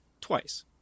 Twice